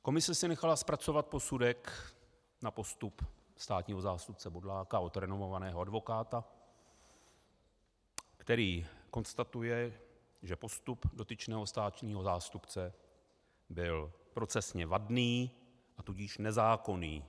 Komise si nechala zpracovat posudek na postup státního zástupce Bodláka od renomovaného advokáta, který konstatuje, že postup dotyčného státního zástupce byl procesně vadný, a tudíž nezákonný.